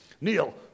Neil